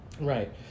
right